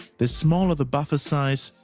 the smaller the buffer size,